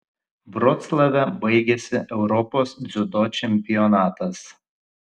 vroclave baigėsi europos dziudo čempionatas